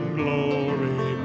glory